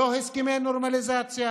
לא הסכמי נורמליזציה.